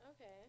Okay